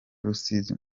rusizi